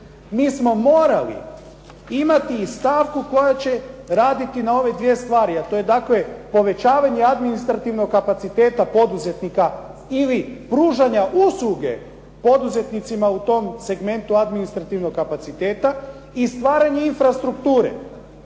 Mi smo morali imati i stavku koja će raditi na ove dvije stvari, a to je dakle povećavanje administrativnog kapaciteta poduzetnika ili pružanja usluge poduzetnicima u tom segmentu administrativnog kapaciteta i stvaranje infrastrukture.